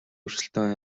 өрсөлдөөн